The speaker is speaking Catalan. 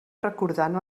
recordant